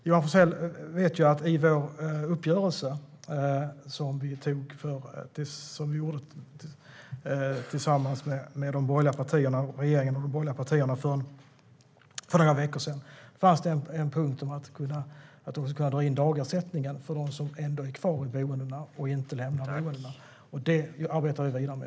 Johan Forssell vet att det i uppgörelsen mellan regeringen och de borgerliga partierna för några veckor sedan fanns en punkt om att man ska kunna dra in dagersättningen för dem som inte lämnar boendena. Det arbetar vi vidare med.